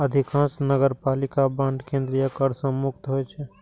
अधिकांश नगरपालिका बांड केंद्रीय कर सं मुक्त होइ छै